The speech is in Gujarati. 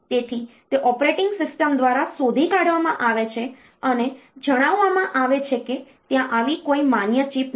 તેથી તે ઓપરેટિંગ સિસ્ટમ દ્વારા શોધી કાઢવામાં આવે છે અને જણાવવામાં આવે છે કે ત્યાં આવી કોઈ માન્ય ચિપ નથી